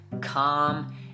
calm